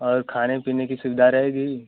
और खाने पीने की सुविधा रहेगी